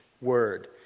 word